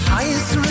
Highest